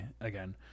again